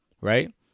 right